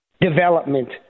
development